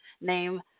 name